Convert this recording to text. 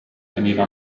veniva